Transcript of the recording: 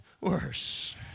worse